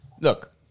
Look